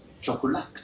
chocolate